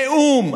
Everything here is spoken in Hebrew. תיאום,